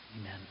Amen